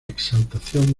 exaltación